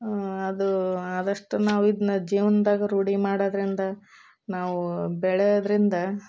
ಅದು ಅದಷ್ಟು ನಾವು ಇದನ್ನ ಜೀವನದಾಗ ರೂಢಿ ಮಾಡೋದರಿಂದ ನಾವು ಬೆಳೆಯೋದರಿಂದ